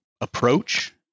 approach